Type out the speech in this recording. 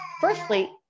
Firstly